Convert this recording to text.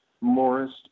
morris